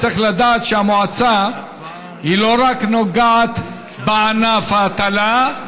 צריך לדעת שהמועצה לא נוגעת רק בענף ההטלה,